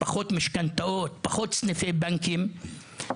פחות משכנתאות, פחות סניפי בנקים, ולכן,